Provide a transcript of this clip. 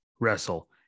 wrestle